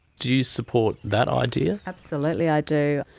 do you support that idea? absolutely i do.